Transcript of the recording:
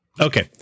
Okay